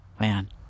man